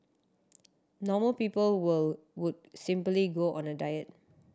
normal people would simply go on a diet